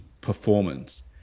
performance